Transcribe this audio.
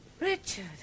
Richard